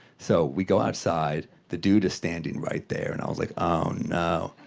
so, we go outside. the dude is standing right there, and i was like, oh, no.